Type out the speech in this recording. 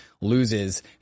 loses